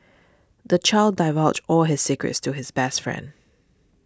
the child divulged all his secrets to his best friend